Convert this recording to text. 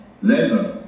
selber